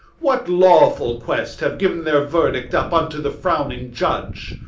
what lawful quest have given their verdict up unto the frowning judge?